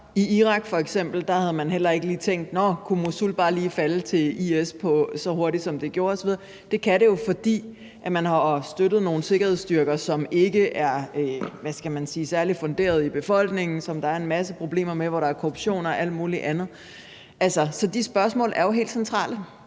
I Irak havde man f.eks. heller ikke lige tænkt på, at Mosul bare lige kunne falde til IS så hurtigt, som den gjorde osv. Men det kan jo ske, fordi man har støttet nogle sikkerhedsstyrker, som ikke er, hvad skal man sige, særligt funderet i befolkningen, og som der er en masse problemer med, korruption og alt muligt andet. Så de spørgsmål er jo helt centrale